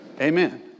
Amen